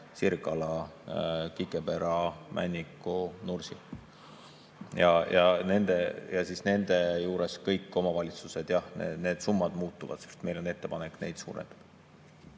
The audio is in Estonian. Sirgala, Kikepera, Männiku, Nursi. Ja siis nende juures kõik omavalitsused. Jah, need summad muutuvad. Meil on ettepanek neid suurendada.